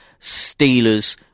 Steelers